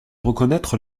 reconnaître